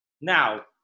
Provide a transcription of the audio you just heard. Now